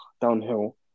downhill